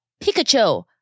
Pikachu